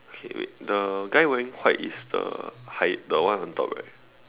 K wait the guy wearing white is the high the one on top right